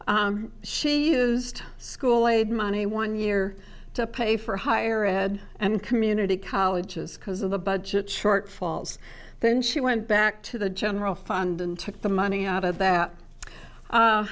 period she has school aid money one year to pay for higher ed and community colleges because of the budget shortfalls then she went back to the general fund and took the money out of that